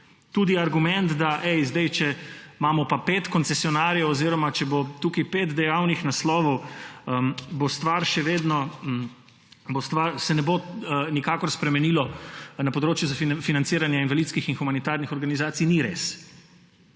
Tudi argument, ej, če imamo pet koncesionarjev oziroma če bo tukaj pet dejavnih naslovov, se ne bo nikakor spremenilo na področju za financiranje invalidskih in humanitarnih organizacij – ni res!